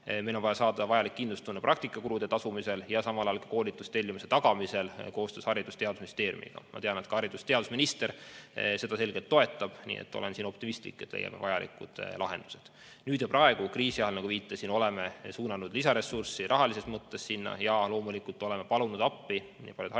Neil on vaja saada kindlustunne praktikakulude tasumisel ja samal ajal ka koolitustellimuse tagamisel koostöös Haridus‑ ja Teadusministeeriumiga. Ma tean, et haridus‑ ja teadusminister seda selgelt toetab, nii et olen optimistlik, et leiame vajalikud lahendused. Nüüd ja praegu, kriisi ajal, nagu viitasin, oleme suunanud sinna lisaressurssi rahalises mõttes ja loomulikult oleme palunud appi paljud haiglad,